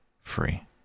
Free